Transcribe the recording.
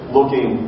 Looking